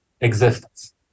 existence